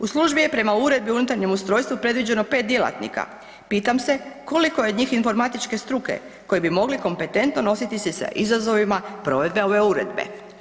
U službi je prema uredbi o unutarnjem ustrojstvu predviđeno 5 djelatnika, pitam se koliko je od njih informatičke struke koji bi mogli kompetentno nositi se sa izazovima provedbe ove uredbe?